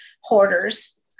hoarders